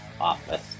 office